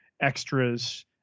extras